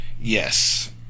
yes